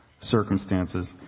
circumstances